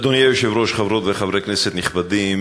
אדוני היושב-ראש, חברות וחברי כנסת נכבדים,